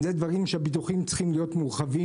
אלה דברים שהביטוחים צריכים להיות מורחבים,